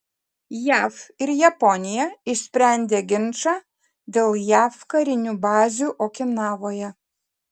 jav ir japonija išsprendė ginčą dėl jav karinių bazių okinavoje